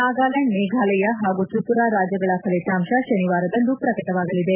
ನಾಗಾಲ್ಯಾಂಡ್ ಮೇಘಾಲಯ ಹಾಗೂ ತ್ರಿಪುರ ರಾಜ್ಯಗಳ ಫಲಿತಾಂಶ ಶನಿವಾರದಂದು ಪ್ರಕಟವಾಗಲಿದೆ